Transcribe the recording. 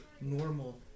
normal